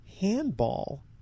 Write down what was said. handball